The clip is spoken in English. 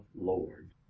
lord